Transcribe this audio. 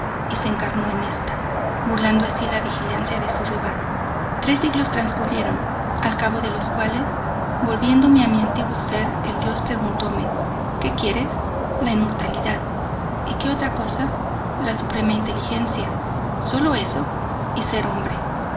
y se encarno en esta burlando así la vigilancia de su rival tres siglos transcurrieron al cabo de los cuales volviéndome a mi antiguo ser el dios preguntome qué quieres la inmortalidad y qué otra cosa la suprema inteligencia sólo eso y ser hombre